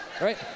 right